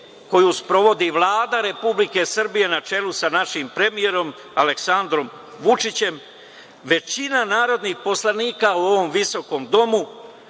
koju sprovodi Vlada Republike Srbije na čelu sa našim premijerom Aleksandrom Vučićem, većina narodnih poslanika u ovom visokom domu,